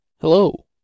Hello